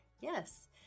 Yes